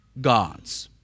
gods